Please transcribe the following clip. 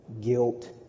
guilt